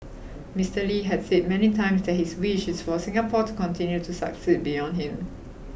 Mister Lee had said many times that his wish is for Singapore to continue to succeed beyond him